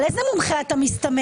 על איזה מומחה אתה מסתמך?